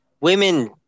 women